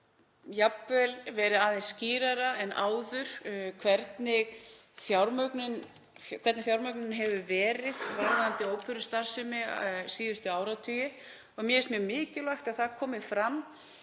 jafnvel orðið aðeins skýrara en áður hvernig fjármögnun hefur verið varðandi óperustarfsemi síðustu áratugi og mér finnst mjög mikilvægt að það komi fram.